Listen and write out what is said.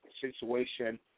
situation